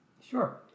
Sure